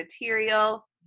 material